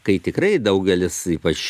kai tikrai daugelis ypač